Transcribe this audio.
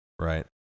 Right